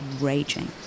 raging